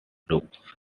looks